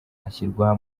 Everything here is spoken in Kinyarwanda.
ashyirwa